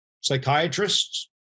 psychiatrists